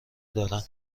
دارن